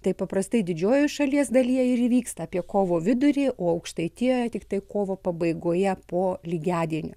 tai paprastai didžiojoje šalies dalyje ir įvyksta apie kovo vidurį o aukštaitijoje tiktai kovo pabaigoje po lygiadienio